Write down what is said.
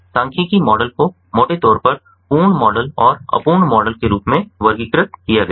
सांख्यिकीय मॉडल को मोटे तौर पर पूर्ण मॉडल और अपूर्ण मॉडल के रूप में वर्गीकृत किया गया है